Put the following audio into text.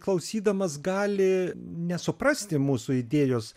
klausydamas gali nesuprasti mūsų idėjos